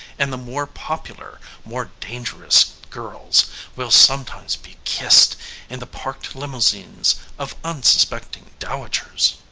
and the more popular, more dangerous, girls will sometimes be kissed in the parked limousines of unsuspecting dowagers.